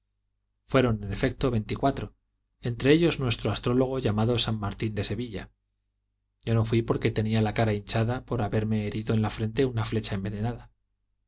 fueron en efecto veinticuatro entre ellos nuestro astrólogo llamado san martín de sevilla yo no fui porque tenía la cara hinchada por haberme herido en la frente una flecha envenenada